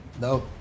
No